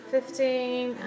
Fifteen